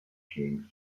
king